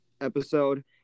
episode